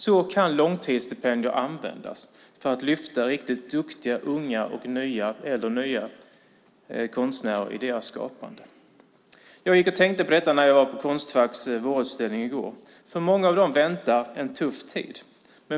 Så kan långtidsstipendier användas för att lyfta riktigt duktiga unga eller nya konstnärer i deras skapande. Jag gick och tänkte på detta när jag var på Konstfacks vårutställning i går. För många av dessa studenter väntar en tuff tid.